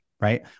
Right